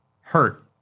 hurt